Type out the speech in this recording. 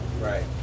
right